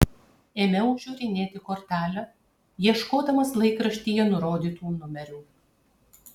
ėmiau žiūrinėti kortelę ieškodamas laikraštyje nurodytų numerių